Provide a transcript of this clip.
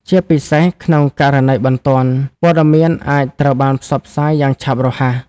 ជាពិសេសក្នុងករណីបន្ទាន់ ព័ត៌មានអាចត្រូវបានផ្សព្វផ្សាយយ៉ាងឆាប់រហ័ស។